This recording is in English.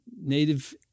native